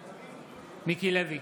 נגד מיקי לוי,